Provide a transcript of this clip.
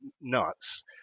nuts